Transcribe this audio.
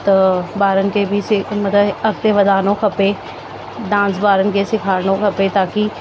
त ॿारनि खे बि से मतिलब अॻिते वधाइणो खपे डांस ॿारनि खे सेखारिणो खपे ताकि